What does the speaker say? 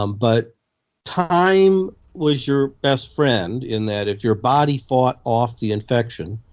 um but time was your best friend in that if your body fought off the infection,